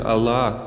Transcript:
Allah